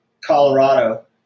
Colorado